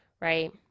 right